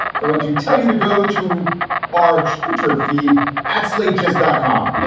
going to tell you to go to our twitter feed at slate, just dotcom